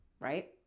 right